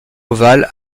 ovale